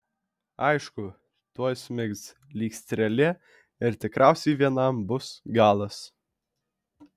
aišku tuoj smigs lyg strėlė ir tikriausiai vienam bus galas